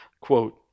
Quote